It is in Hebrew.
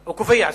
הוא קובע.